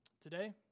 Today